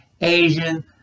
Asian